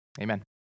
amen